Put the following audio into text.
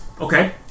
Okay